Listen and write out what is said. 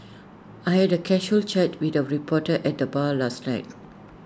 I had A casual chat with A reporter at the bar last night